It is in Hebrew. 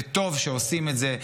וטוב שעושים את זה,